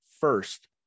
first